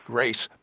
Grace